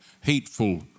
hateful